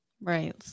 right